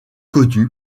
connue